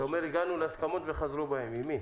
אתה אומר, הגענו להסכמות וחזרו בהם עם מי?